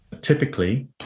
Typically